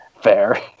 fair